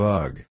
Bug